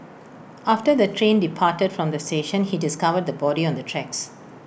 after the train departed from the station he discovered the body on the tracks